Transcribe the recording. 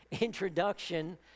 introduction